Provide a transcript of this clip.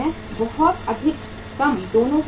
बहुत अधिक कम दोनों की लागत है